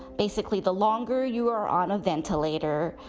basically, the longer you are on a ventilator,